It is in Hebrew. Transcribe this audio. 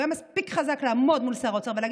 והוא היה מספיק חזק לעמוד מול שר אוצר ולהגיד